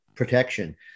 protection